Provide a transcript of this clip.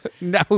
No